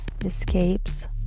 Escapes